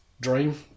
dream